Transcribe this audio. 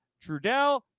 Trudell